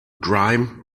grime